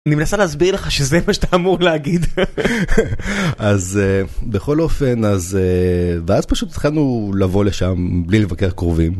אני מנסה להסביר לך שזה מה שאתה אמור להגיד אז בכל אופן אז ואז פשוט התחלנו לבוא לשם בלי לבקר קרובים.